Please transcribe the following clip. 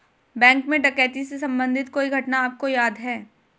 Bank में डकैती से संबंधित कोई घटना आपको याद है?